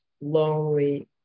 lonely